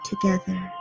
together